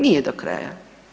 Nije do kraja.